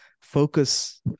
focus